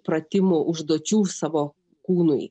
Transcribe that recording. pratimų užduočių savo kūnui